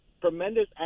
tremendous